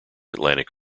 atlantic